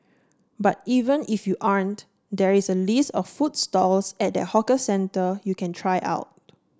but even if you aren't there is a list of food stalls at that hawker centre you can try out